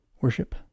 worship